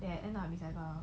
ya then